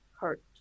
hurt